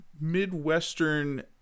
Midwestern